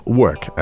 work